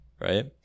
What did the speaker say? Right